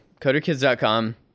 CoderKids.com